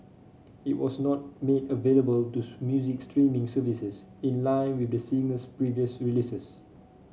it was not made available to music streaming services in line with the singer's previous releases